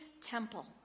temple